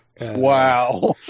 Wow